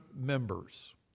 members